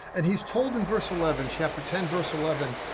and he's told in verse eleven, chapter ten, verse eleven,